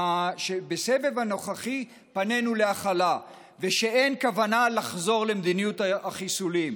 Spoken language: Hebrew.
הנוכחי פנינו להכלה ושאין כוונה לחזור למדיניות החיסולים,